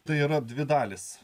tai yra dvi dalys